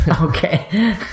Okay